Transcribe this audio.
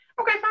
Okay